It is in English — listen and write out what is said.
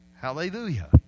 Hallelujah